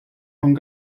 von